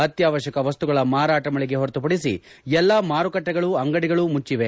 ಅತ್ಯಾವಶ್ಯಕ ವಸ್ತುಗಳ ಮಾರಾಟ ಮಳಿಗೆ ಹೊರತು ಪಡಿಸಿ ಎಲ್ಲ ಮಾರುಕಟ್ಟೆಗಳು ಅಂಗಡಿಗಳು ಮುಟ್ಟವೆ